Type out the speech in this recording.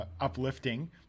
uplifting